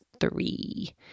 three